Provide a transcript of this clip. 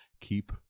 keep